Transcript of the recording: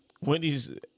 Wendy's